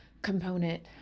component